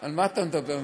על מה אתה מדבר.